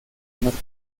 norte